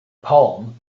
palm